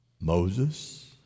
Moses